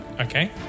Okay